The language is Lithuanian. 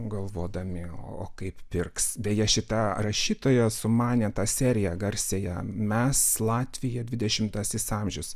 galvodami o kaip pirks beje šita rašytoja sumanė tą seriją garsiąją mes latvija dvidešimtasis amžius